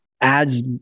adds